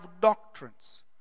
doctrines